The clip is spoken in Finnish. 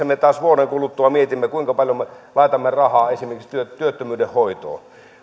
me taas vuoden kuluttua mietimme kuinka paljon me laitamme rahaa esimerkiksi työttömyyden hoitoon